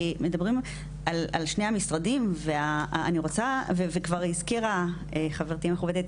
מדברים על שני המשרדים וכבר הזכירה חברתי המכובדת,